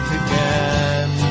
again